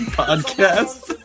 podcast